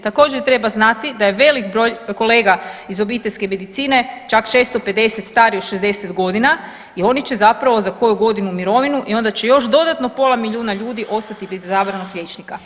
Također treba znati da je velik broj kolega iz obiteljske medicine čak 650 starije od 60.g. i oni će zapravo za koju godinu u mirovinu i onda će još dodatno pola milijuna ljudi ostati bez izabranog liječnika.